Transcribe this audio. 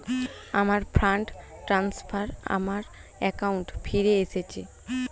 আমার fund transfer আমার অ্যাকাউন্টে ফিরে এসেছে